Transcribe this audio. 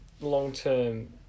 long-term